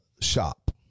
shop